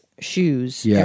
shoes